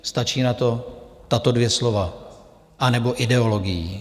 Stačí na to tato dvě slova: anebo ideologií.